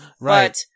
Right